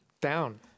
down